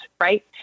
right